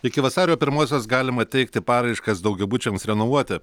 iki vasario pirmosios galima teikti paraiškas daugiabučiams renovuoti